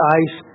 ice